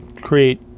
create